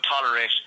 tolerate